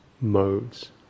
modes